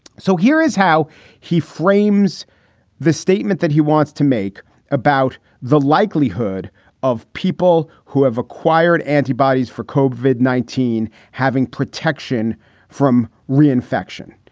so here is how he frames the statement that he wants to make about the likelihood of people who have acquired antibodies for cobh, vid nineteen, having protection from reinfection.